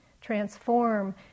transform